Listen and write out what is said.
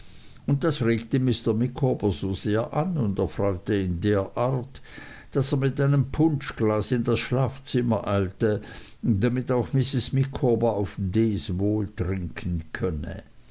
und das regte mr micawber so sehr an und erfreute ihn derart daß er mit einem punschglas in das schlafzimmer eilte damit auch mrs micawber auf d s wohl trinken könne